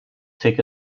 take